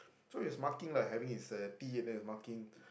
so he was marking like having his tea and he was marking